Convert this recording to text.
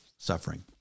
suffering